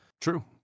True